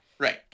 Right